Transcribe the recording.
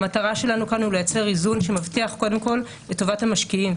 המטרה שלנו כאן היא לייצר איזון שמבטיח קודם כל את טובת המשקיעים,